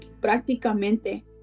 prácticamente